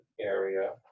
area